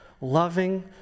loving